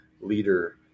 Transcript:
leader